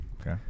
okay